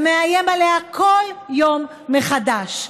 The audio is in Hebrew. ומאיים עלייה כל יום מחדש,